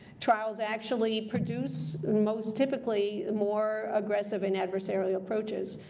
trials actually produce, most typically, more aggressive and adversarial yeah approaches.